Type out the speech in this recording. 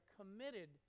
committed